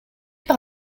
par